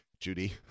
Judy